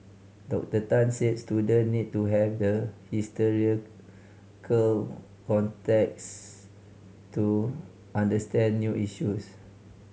Doctor Tan said student need to have the historical context to understand new issues